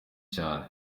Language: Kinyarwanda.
cyane